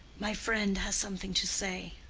my friend has something to say,